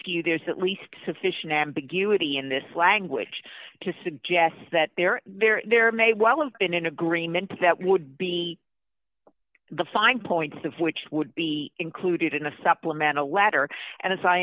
to you there's at least sufficient ambiguity in this language to suggest that there there there may well have been an agreement that would be the fine points of which would be included in a supplemental letter and as